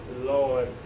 Lord